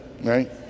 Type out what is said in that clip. right